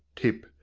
tip,